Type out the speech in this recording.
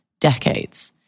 decades